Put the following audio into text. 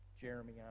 Jeremy